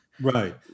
right